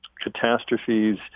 catastrophes